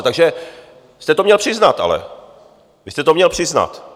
Takže jste to měl přiznat ale, vy jste to měl přiznat.